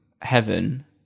heaven